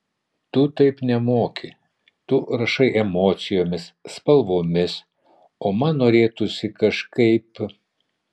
tu taip nemoki tu rašai emocijomis spalvomis o man norėtųsi kažkaip